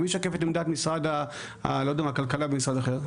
מי ישקף את עמדת משרד הכלכלה ומשרד אחר?